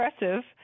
impressive